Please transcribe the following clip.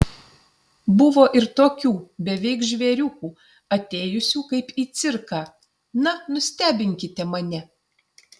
buvo ir tokių beveik žvėriukų atėjusių kaip į cirką na nustebinkite mane